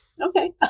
Okay